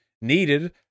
needed